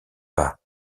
pas